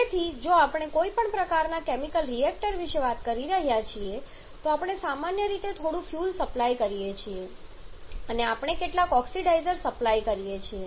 તેથી જો આપણે કોઈપણ પ્રકારના કેમિકલ રિએક્ટર વિશે વાત કરી રહ્યા છીએ તો આપણે સામાન્ય રીતે થોડું ફ્યુઅલ સપ્લાય કરીએ છીએ અને આપણે કેટલાક ઓક્સિડાઇઝર સપ્લાય કરીએ છીએ